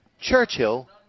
Churchill